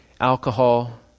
alcohol